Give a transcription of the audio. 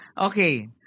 Okay